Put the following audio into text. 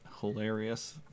hilarious